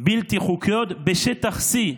בלתי חוקיות בשטח C,